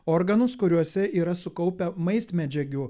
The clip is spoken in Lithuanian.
organus kuriuose yra sukaupę maistmedžiagių